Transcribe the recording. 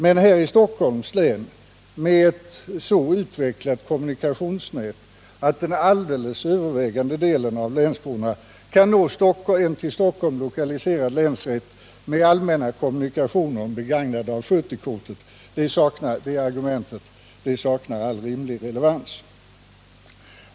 Men här i Stockholms län, med ett så utvecklat kommunikationsnät att den alldeles övervägande delen av länsborna kan nå en till Stockholm lokaiiserad länsrätt med allmänna kommunikationer och med begagnande av sitt 70-kort, saknar argumentet all rimlig relevans.